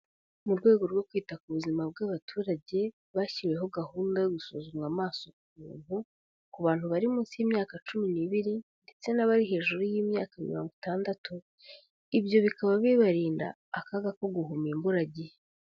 Mu rwego rwo kwita ku buzima bw'abaturage, bashyiriweho gahunda yo gusuzumwa amaso ku buntu, ku bantu bari munsi y'imyaka cumi n'ibiri ndetse n'abari hejuru y'imyaka mirongo itandatu. Ibyo bikaba bibarinda akaga ko guhuma imbura gihe.